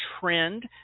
trend